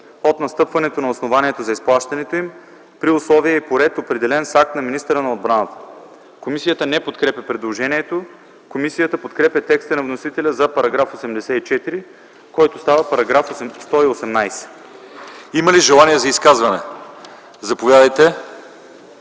от настъпването на основанието за изплащането им, при условия и по ред, определени с акт на министъра на отбраната.” Комисията не подкрепя предложението. Комисията подкрепя текста на вносителя за § 84, който става § 118. ПРЕДСЕДАТЕЛ ЛЪЧЕЗАР ИВАНОВ: Има ли желания за изказване? Заповядайте,